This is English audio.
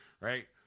right